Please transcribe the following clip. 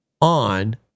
on